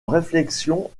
réflexion